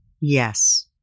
yes